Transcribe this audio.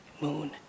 moon